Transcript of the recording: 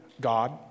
God